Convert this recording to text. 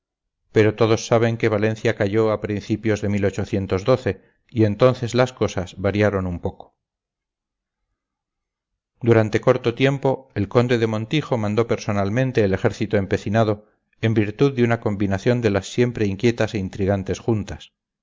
pero todos saben que valencia cayó a principios de y entonces las cosas variaron un poco durante corto tiempo el conde de montijo mandó personalmente el ejército empecinado en virtud de una combinación de las siempre inquietas e intrigantes juntas